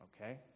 Okay